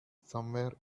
somewhere